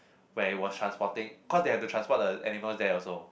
where it was transporting because they have to transport the animals there also